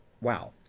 wow